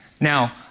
Now